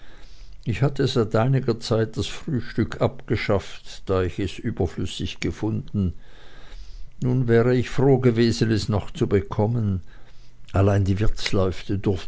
ich hatte seit einiger zeit das frühstück abgeschafft da ich es überflüssig gefunden nun wäre ich froh gewesen es noch zu bekommen allein die